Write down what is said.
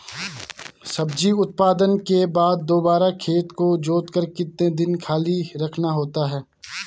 सब्जी उत्पादन के बाद दोबारा खेत को जोतकर कितने दिन खाली रखना होता है?